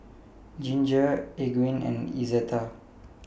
Ginger Eugene and Izetta